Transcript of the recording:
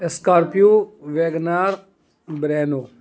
Scorpio Wagon R برینو